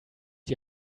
die